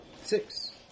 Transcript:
six